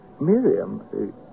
Miriam